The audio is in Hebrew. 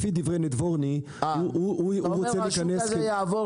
לפי דברי נדבורני --- אתה אומר שהשוק הזה יעבור